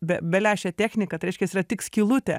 be belęšę techniką tai reiškias yra tik skylutė